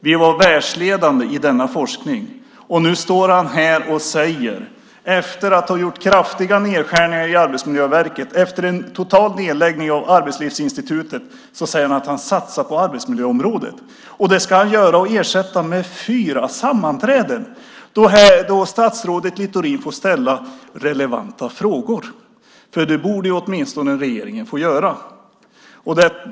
Vi var världsledande i denna forskning. Nu står han här, efter att ha gjort kraftiga nedskärningar i Arbetsmiljöverket och efter en total nedläggning av Arbetslivsinstitutet, och säger att han satsar på arbetsmiljöområdet. Det ska han göra genom att ersätta detta med fyra sammanträden då statsrådet Littorin får ställa relevanta frågor, för det borde åtminstone regeringen få göra.